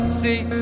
see